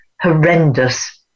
horrendous